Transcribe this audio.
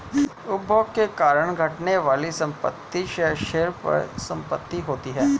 उपभोग के कारण घटने वाली संपत्ति क्षयशील परिसंपत्ति होती हैं